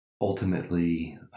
ultimately